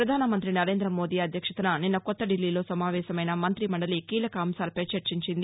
ప్రధానమంతి నరేందమోదీ అధ్యక్షతన నిన్న కొత్తదిల్లీలో సమావేశమైన మంతిమండలి కీలక అంశాలపై చర్చింది